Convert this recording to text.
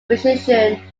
musician